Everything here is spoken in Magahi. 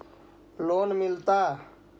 लोन मिलता?